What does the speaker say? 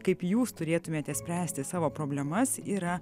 kaip jūs turėtumėte spręsti savo problemas yra